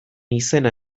izena